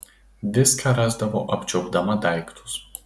viską rasdavo apčiuopdama daiktus